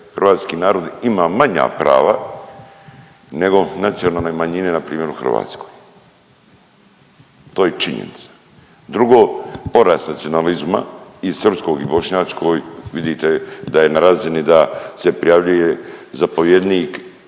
hrvatski narod ima manja prava nego nacionalne manjine na primjer u Hrvatskoj. To je činjenica. Drugo, porast nacionalizma i srpskog i bošnjačkog. Vidite da je na razini da se prijavljuje zapovjednik zločinac